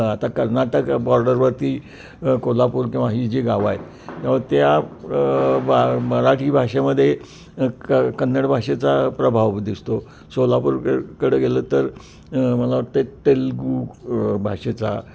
आता कर्नाटक बॉर्डरवरती कोल्हापूर किंवा ही जी गाव आहेत त्यामुळं त्या बा मराठी भाषेमध्ये क कन्नड भाषेचा प्रभाव दिसतो सोलापूरक कडं गेलं तर मला वाटतं आहे ते तेलगू भाषेचा